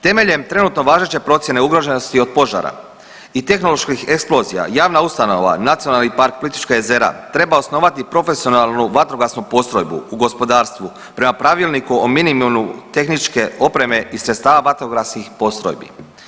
Temeljem trenutno važeće procjene ugroženosti od požara i tehnoloških eksplozija javna ustanova NP Plitvička jezera treba osnovati profesionalnu vatrogasnu postrojbu u gospodarstvu prema pravilniku o minimumu tehničke opreme i sredstava vatrogasnih postrojbi.